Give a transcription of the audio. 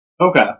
okay